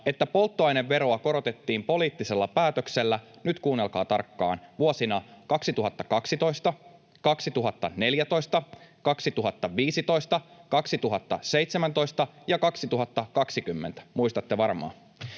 että polttoaineveroa korotettiin poliittisella päätöksellä — nyt kuunnelkaa tarkkaan — vuosina 2012, 2014, 2015, 2017 ja 2020. Muistatte varmaan.